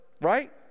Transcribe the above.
right